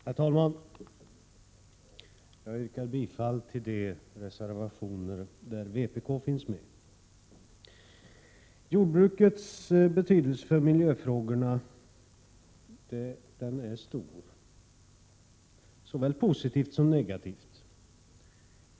Herr talman! Jag yrkar bifall till de reservationer som vpk står bakom. Jordbrukets betydelse för miljöfrågorna är stor, såväl positivt som negativt.